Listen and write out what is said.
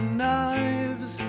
knives